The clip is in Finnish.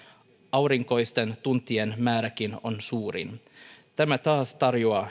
aurinkoisten tuntien määräkin on suurin tämä taas tarjoaa